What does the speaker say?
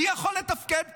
מי יכול לתפקד ככה?